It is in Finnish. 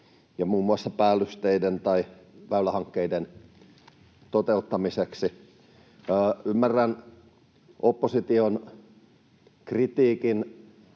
muun muassa päällysteiden tai väylähankkeiden toteuttamiseksi. Ymmärrän opposition kritiikin